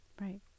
Right